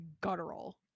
guttural